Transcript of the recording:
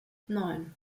neun